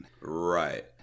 Right